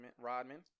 Rodman